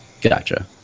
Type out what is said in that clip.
gotcha